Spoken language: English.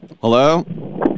Hello